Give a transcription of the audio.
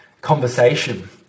conversation